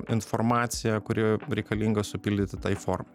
informacija kuri reikalinga supildyti tai forma